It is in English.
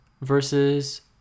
versus